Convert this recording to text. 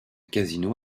casino